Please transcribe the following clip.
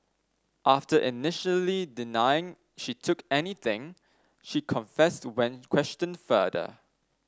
after initially denying she took anything she confessed when questioned further